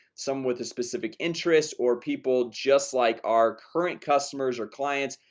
some with a specific interest or people just like our current customers or clients.